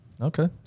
Okay